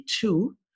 two